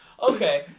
Okay